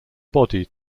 body